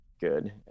good